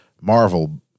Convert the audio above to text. Marvel